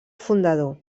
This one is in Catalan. fundador